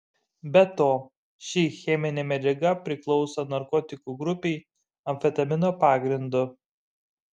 be to ši cheminė medžiaga priklauso narkotikų grupei amfetamino pagrindu